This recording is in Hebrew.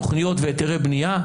תוכניות והיתרי בנייה,